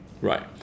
Right